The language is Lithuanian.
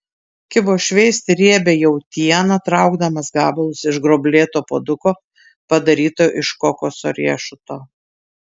kibo šveisti riebią jautieną traukdamas gabalus iš gruoblėto puoduko padaryto iš kokoso riešuto